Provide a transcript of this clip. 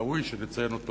ראוי שנציין אותו